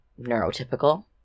neurotypical